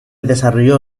desarrolló